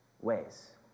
ways